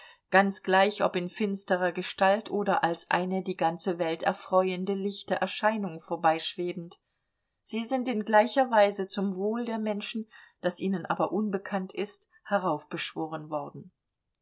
ganz gleich ob in finsterer gestalt oder als eine die ganze welt erfreuende lichte erscheinung vorbeischwebend sie sind in gleicher weise zum wohl der menschen das ihnen aber unbekannt ist heraufbeschworen worden